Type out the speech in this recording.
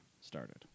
started